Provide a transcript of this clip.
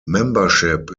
membership